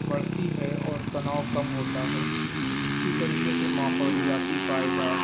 بڑھتی ہے اور تناؤ کم ہوتا ہے اسی طریقے سے ماحولیاتی فائدہ